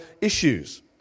issues